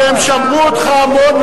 הם שמעו אותך המון.